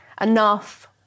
enough